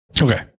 Okay